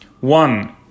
One